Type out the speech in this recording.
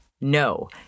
No